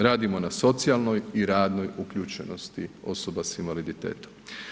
Radimo na socijalnoj i radnoj uključenosti osoba sa invaliditetom.